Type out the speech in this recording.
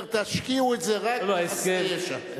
אומר: תשקיעו את זה רק בחסרי ישע.